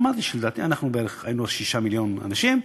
אמרתי שלדעתי, היינו אז 6 מיליון אנשים,